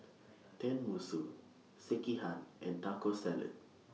Tenmusu Sekihan and Taco Salad